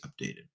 updated